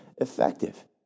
effective